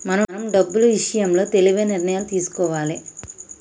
మనం డబ్బులు ఇషయంలో తెలివైన నిర్ణయాలను తీసుకోవాలే